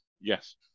Yes